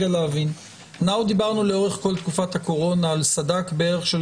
לאורך כל תקופת הקורונה דיברנו על סד"כ של